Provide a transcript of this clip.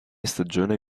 stagione